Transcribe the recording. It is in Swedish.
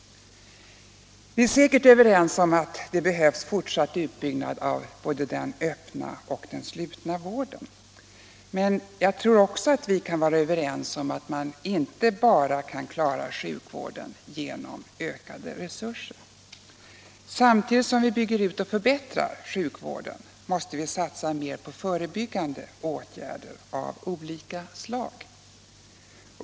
Vi är säkert överens om att det behövs fortsatt utbyggnad av både den öppna och den slutna vården. Jag tror också att vi är överens om att vi inte kan klara sjukvården enbart genom ökade resurser. Samtidigt som vi bygger ut och förbättrar sjukvården måste vi satsa mer på förebyggande åtgärder av olika slag.